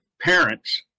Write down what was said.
parents